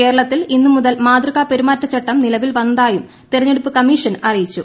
കേരളത്തിൽ ഇന്ന് മുതൽ മാതൃകാപെരുമാറ്റച്ചട്ടം നിലവിൽ വന്നതായും തെരഞ്ഞെടുപ്പ് കമ്മീഷൻ അറിയിച്ചു